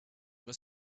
were